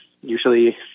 usually